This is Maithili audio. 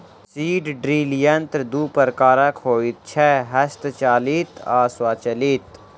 सीड ड्रील यंत्र दू प्रकारक होइत छै, हस्तचालित आ स्वचालित